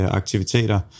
aktiviteter